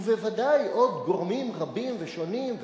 ובוודאי עוד גורמים רבים ושונים,